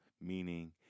meaning